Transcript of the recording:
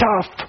tough